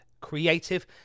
creative